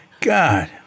God